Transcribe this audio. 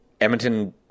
Edmonton